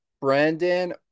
Brandon